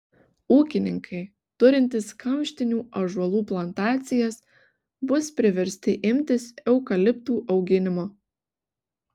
ūkininkai turintys kamštinių ąžuolų plantacijas bus priversti imtis eukaliptų auginimo